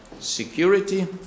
security